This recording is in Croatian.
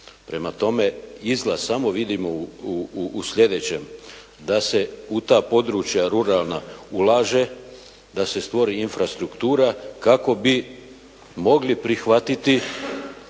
Prema tome, izlaz samo vidimo u sljedećem, da se u ta područja ruralna ulaže, da se stvori infrastruktura kako bi mogli prihvatiti